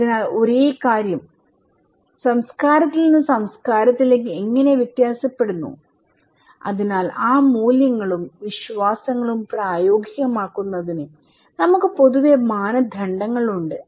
അതിനാൽ ഒരേ കാര്യം സംസ്കാരത്തിൽ നിന്ന് സംസ്കാരത്തിലേക്ക് എങ്ങനെ വ്യത്യാസപ്പെടുന്നു അതിനാൽ ആ മൂല്യങ്ങളും വിശ്വാസങ്ങളും പ്രായോഗികമാക്കുന്നതിന് നമുക്ക് പൊതുവെ മാനദണ്ഡങ്ങളുണ്ട്